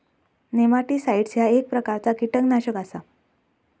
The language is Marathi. नेमाटीसाईट्स ह्या एक प्रकारचा कीटकनाशक आसा